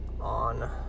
on